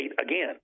again